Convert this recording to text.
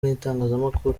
n’itangazamakuru